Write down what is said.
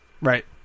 Right